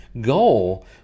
goal